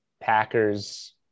Packers